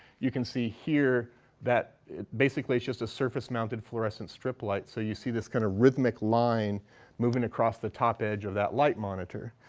you can see here that basically it's just a surface-mounted fluorescent strip light. so you see this kind of rhythmic line moving across the top edge of that light monitor.